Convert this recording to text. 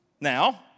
Now